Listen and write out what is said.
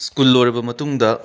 school ꯂꯣꯏꯔꯕ ꯃꯇꯨꯡꯗ